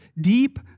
deep